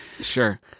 Sure